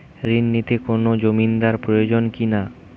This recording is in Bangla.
ঋণ নিতে কোনো জমিন্দার প্রয়োজন কি না?